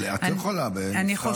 אבל את לא יכולה בדמוקרטיה,